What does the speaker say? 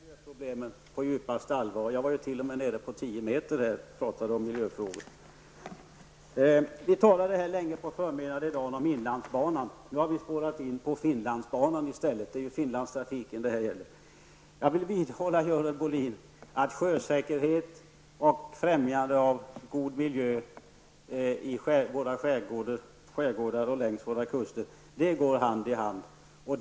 Fru talman! Jag tar miljöproblemen på djupaste allvar. Jag var ju ända nere på tio meters djup när jag talade om dem! I förmiddags talade vi länge om inlandsbanan. Nu har vi i stället spårat in på Finlandsbanan. Jag vidhåller, Görel Bohlin, att sjösäkerhet och främjande av god miljö i våra skärgårdar och längs våra kuster går hand i hand.